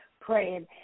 praying